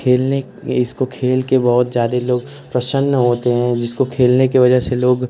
खेलने इसको खेलकर बहुत ज़्यादा लोग प्रसन्न होते हैं जिसको खेलने की वज़ह से लोग